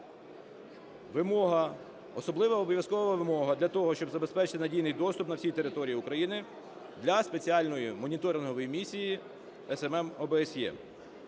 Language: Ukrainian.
особлива, обов'язкова вимога для того, щоб для того, щоб забезпечити надійний доступ на всій території України для Спеціальної моніторингової місії (СММ) ОБСЄ.